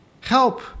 help